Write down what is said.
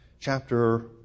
chapter